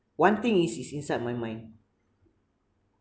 one thing is is inside my mind